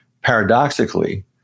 paradoxically